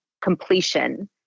completion